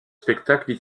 spectacles